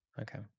okay